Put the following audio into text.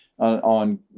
on